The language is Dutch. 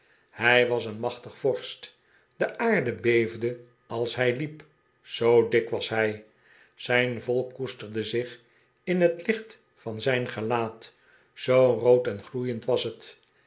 hij was een machtig vorst de aarde beefde als hij hep zoo dik was hij zijn volk koesterde zich in het licht van zijn gelaat zoo rood en gloeiend was het